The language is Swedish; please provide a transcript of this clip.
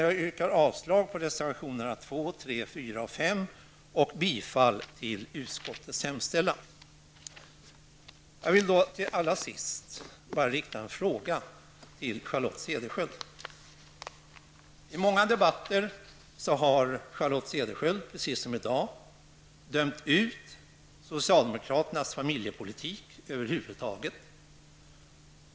Jag yrkar avslag på reservationerna 2, Allra sist vänder jag mig till Charlotte Cederschiöld. I många debatter har hon, precis som hon gör i dag, dömt ut socialdemokraternas familjepolitik över huvud taget.